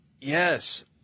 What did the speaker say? Yes